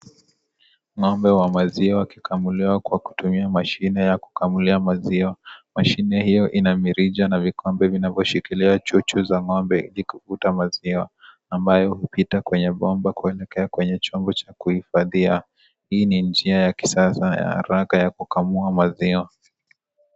Ngombe wa maziwa ikikamuliwa ikitumiwa mashine ya kukamulia maziwa . Mashine hiyo ina virija na mikono inayoshukilia chuchu za ngombe ili kuvuta kaziwa ambapo hulita kwenye bomba kuelekea kwenye chombo cha kuhifadhia. Hii ni njia ya kisasa ya haraka ya kukamua maziwa.